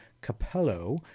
Capello